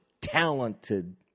talented